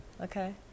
Okay